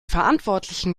verantwortlichen